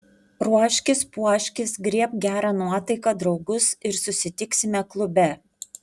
ruoškis puoškis griebk gerą nuotaiką draugus ir susitiksime klube